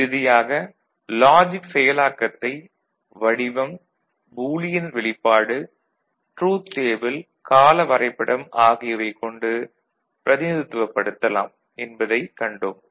இறுதியாக லாஜிக் செயலாக்கத்தை வடிவம் பூலியன் வெளிப்பாடு ட்ரூத் டேபிள் கால வரைபடம் ஆகியவைக் கொண்டு பிரதிநிதித்துவப்படுத்தலாம் என்பதைக் கண்டோம்